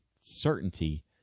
certainty